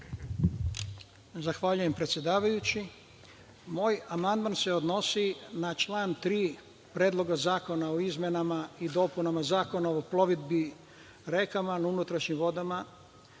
Zahvaljujem, predsedavajući. Moj amandman se odnosi na član 3. Predloga zakona o izmenama i dopunama Zakona o plovidbi rekama na unutrašnjim vodama